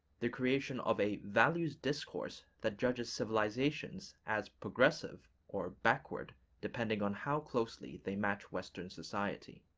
the creation of a values discourse that judges civilizations as progressive or backward depending on how closely they match western society.